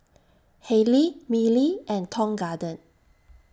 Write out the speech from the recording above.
Haylee Mili and Tong Garden